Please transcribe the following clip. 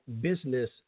business